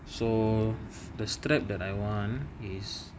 so the strap that I want is